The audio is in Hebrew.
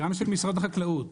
גם של משרד החקלאות